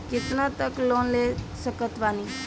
कितना तक लोन ले सकत बानी?